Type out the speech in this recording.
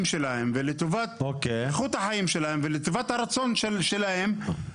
שלהם ולטובת איכות החיים שלהם ולטובת הרצון שלהם,